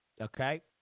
okay